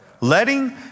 Letting